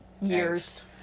years